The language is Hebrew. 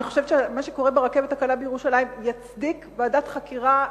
אני חושבת שמה שקורה ברכבת הקלה בירושלים יצדיק ועדת חקירה,